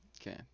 Okay